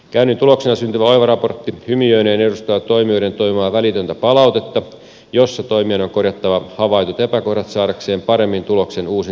käynnin tuloksena syntyvä oiva raportti hymiöineen edustaa toimijoiden toivomaa välitöntä palautetta jossa toimijan on korjattava havaitut epäkohdat saadakseen paremman tuloksen uusintatarkastuksessa